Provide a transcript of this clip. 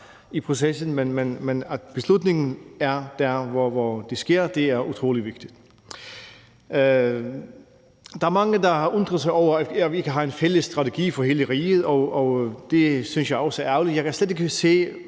men at beslutningen tages der, hvor det sker, er utrolig vigtigt. Der er mange, der har undret sig over, at vi ikke har en fælles strategi for hele riget, og det synes jeg også er ærgerligt. Jeg kan slet ikke se,